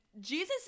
Jesus